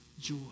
joy